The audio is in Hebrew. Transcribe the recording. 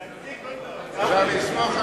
נתקבל.